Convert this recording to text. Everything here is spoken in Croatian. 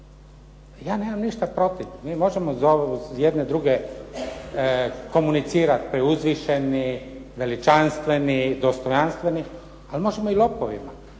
Ja nemam ništa protiv, mi možemo jedni druge komunicirat preuzvišeni, veličanstveni, dostojanstveni, ali možemo i lopovima.